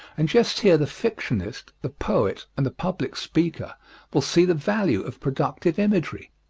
and just here the fictionist, the poet, and the public speaker will see the value of productive imagery.